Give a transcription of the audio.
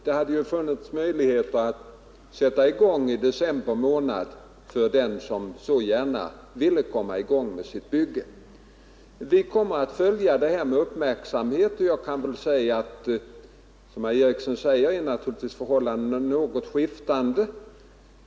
Det har funnits möjlighet att sätta i gång i december månad för den som gärna ville komma i gång med sitt bygge. Vi kommer att följa utvecklingen med uppmärksamhet. Som herr Eriksson i Bäckmora säger är förhållandena något skiftande.